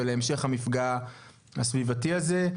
ולהמשך המפגע הסביבתי הזה.